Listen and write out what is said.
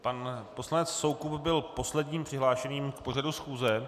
Pan poslanec Soukup byl posledním přihlášeným k pořadu schůze.